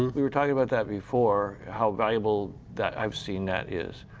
we were talking about that before, how valuable that i've seen that is.